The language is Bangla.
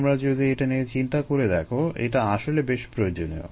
তোমরা যদি এটি নিয়ে চিন্তা করে দেখো এটা আসলে বেশ প্রয়োজনীয়